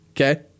Okay